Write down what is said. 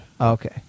Okay